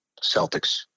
Celtics